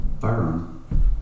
firearm